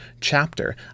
chapter